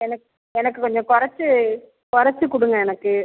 எனக் எனக்கு கொஞ்சம் குறத்து குறத்து கொடுங்க எனக்கு